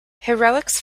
heroics